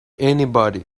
anybody